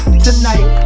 tonight